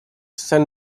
sent